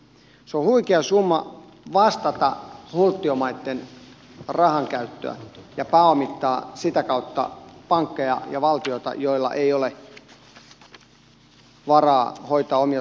se on huikea summa vastata hulttiomaitten rahankäytöstä ja pääomittaa sitä kautta pankkeja ja valtioita joilla ei ole varaa hoitaa omia sotkujaan